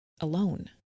alone